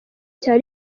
cya